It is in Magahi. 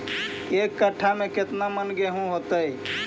एक कट्ठा में केतना मन गेहूं होतै?